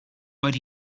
but